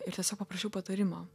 ir tiesiog paprašiau patarimo